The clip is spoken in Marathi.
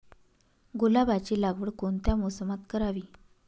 गुलाबाची लागवड कोणत्या मोसमात करावी?